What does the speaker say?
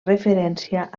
referència